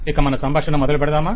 ఇక మన సంభాషణ మొదలుపెడదామా